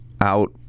out